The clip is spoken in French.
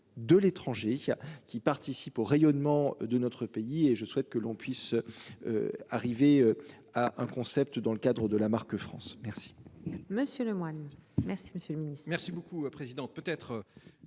de l'étranger qui a qui participent au rayonnement de notre pays et je souhaite que l'on puisse. Arriver à un concept dans le cadre de la marque France. Merci